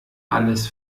alles